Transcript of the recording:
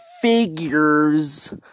figures